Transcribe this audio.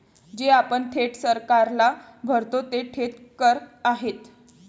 जे आपण थेट सरकारला भरतो ते थेट कर आहेत